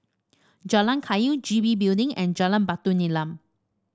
Jalan Kayu G B Building and Jalan Batu Nilam